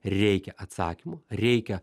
reikia atsakymo reikia